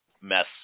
mess